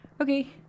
okay